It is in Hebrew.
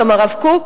גם הרב קוק?